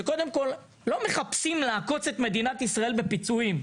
שלא מחפשים לעקוץ את מדינת ישראל בפיצויים.